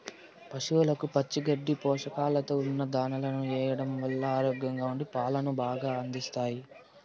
పసవులకు పచ్చి గడ్డిని, పోషకాలతో ఉన్న దానాను ఎయ్యడం వల్ల ఆరోగ్యంగా ఉండి పాలను బాగా అందిస్తాయి